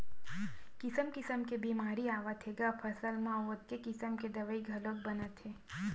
किसम किसम के बेमारी आवत हे ग फसल म अउ ओतके किसम के दवई घलोक बनत हे